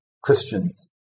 Christians